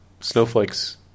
snowflakes